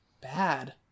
bad